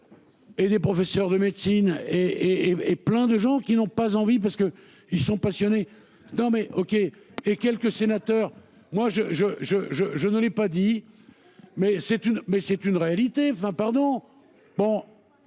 Et des professeurs de médecine et et plein de gens qui n'ont pas envie parce que ils sont passionnés. Non mais OK et quelques sénateurs moi je je je je je ne l'ai pas dit. Mais c'est une mais c'est une réalité, enfin pardon.